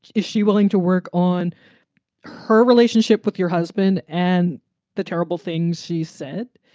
is she willing to work on her relationship with your husband and the terrible things she said,